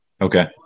Okay